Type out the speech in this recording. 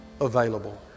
available